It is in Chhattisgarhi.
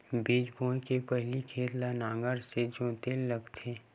बीज बोय के पहिली खेत ल नांगर से जोतेल लगथे?